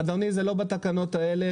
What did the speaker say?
אדוני, זה לא בתקנות האלה.